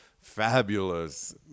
fabulous